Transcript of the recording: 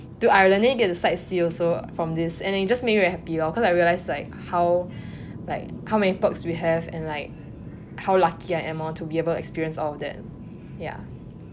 to Ireland then you get to sightsee also from this and it just make me very happy lor cause I realised like how like how many perks we have and like how lucky I am lor to be able to experience all of that ya